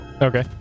Okay